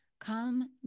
Come